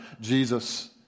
Jesus